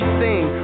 sing